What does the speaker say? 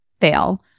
fail